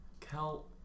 Kel